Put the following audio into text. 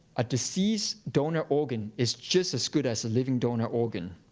a deceased donor organ is just as good as a living donor organ.